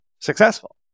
successful